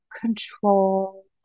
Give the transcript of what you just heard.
control